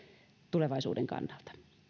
tulevaisuuden kannalta